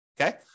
Okay